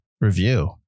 Review